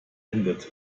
endet